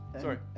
Sorry